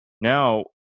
Now